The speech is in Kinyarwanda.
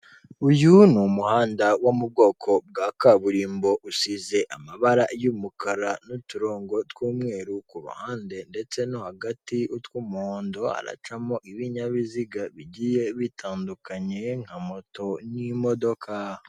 Uyu ni umuhanda wo mu bwoko bw'akaburimbo, usize amabara y'umukara n'uturongo tw'umweru, ku ruhande ndetse no hagati utw'umuhondo haracamo ibinyabiziga bigiye bitandukanye nka moto n'imodoka.